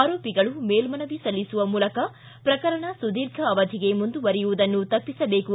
ಆರೋಪಿಗಳು ಮೇಲ್ಮನವಿ ಸಲ್ಲಿಸುವ ಮೂಲಕ ಪ್ರಕರಣ ಸುದೀರ್ಘ ಅವಧಿಗೆ ಮುಂದುವರಿಯುವುದನ್ನು ತಪ್ಪಿಸಬೇಕು